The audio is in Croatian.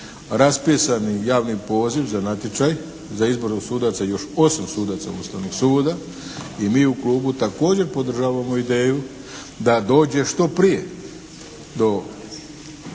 raspisani javni poziv za natječaj za izbor sudaca, još 8 sudaca Ustavnog suda i mi u Klubu također podržavamo ideju da dođe što prije do obrade